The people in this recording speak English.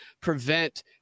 prevent